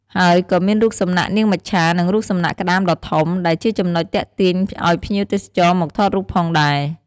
ហើយក៏មានរូបសំណាកនាងមច្ឆា និងរូបសំណាកក្តាមដ៏ធំ ដែលជាចំណុចទាក់ទាញឲ្យភ្ញៀវទេសចរមកថតរូបផងដែរ។